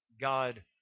God